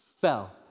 fell